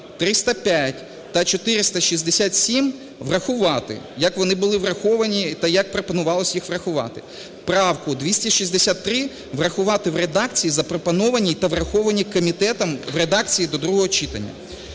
305 та 467 врахувати, як вони були враховані та як пропонувалося їх врахувати. Правку 263 врахувати в редакції, запропонованій та врахованій комітетом у редакції до другого читання.